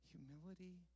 Humility